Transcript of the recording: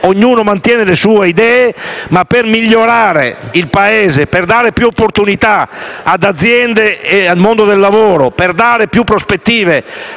Ognuno mantiene le sue idee, ma, per migliorare il Paese, per dare più opportunità alle aziende e al mondo del lavoro, per dare più prospettive